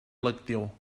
lectiu